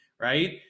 right